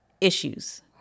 issues